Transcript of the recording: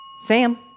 Sam